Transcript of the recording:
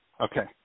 Okay